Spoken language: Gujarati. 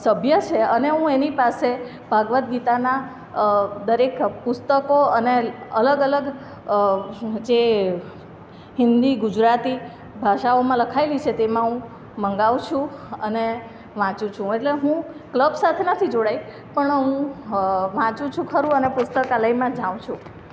સભ્ય છે અને હું એની પાસે ભાગવદ્ ગીતાનાં દરેક પુસ્તકો અને અલગ અલગ જે હિન્દી ગુજરાતી ભાષાઓમાં લખાયેલી છે તેમાં હું મંગાવું છું અને વાંચું છું એટલે હું ક્લબ સાથે નથી જોડાઈ પણ હું વાંચું છું ખરું અને પુસ્તકાલયમાં જાઉં છું